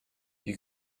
you